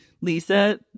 Lisa